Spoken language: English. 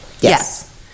Yes